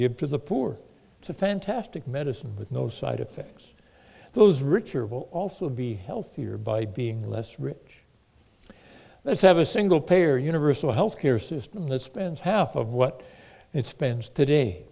give to the poor to fantastic medicine with no side effects those richer will also be healthier by being less rich let's have a single payer universal health care system that spends half of what it spends today